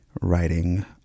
writing